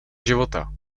života